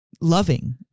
loving